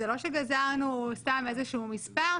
זה לא שגזרנו סתם איזשהו מספר.